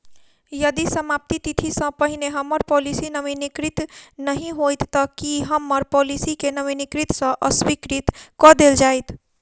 यदि समाप्ति तिथि सँ पहिने हम्मर पॉलिसी नवीनीकृत नहि होइत तऽ की हम्मर पॉलिसी केँ नवीनीकृत सँ अस्वीकृत कऽ देल जाइत?